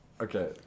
Okay